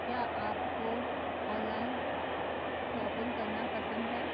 क्या आपको online shopping करना पसंद है